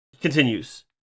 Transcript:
Continues